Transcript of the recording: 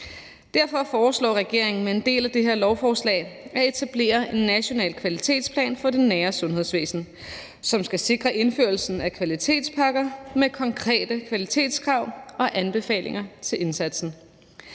Derfor foreslår regeringen som en del af det her lovforslag at etablere en national kvalitetsplan for det nære sundhedsvæsen, som skal sikre indførelsen af kvalitetspakker med konkrete kvalitetskrav og anbefalinger til indsatsen.